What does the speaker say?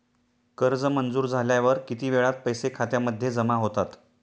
कर्ज मंजूर झाल्यावर किती वेळात पैसे खात्यामध्ये जमा होतात?